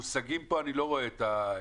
במושגים פה אני לא רואה את המחוסן.